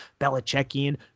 belichickian